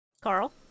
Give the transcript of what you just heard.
Carl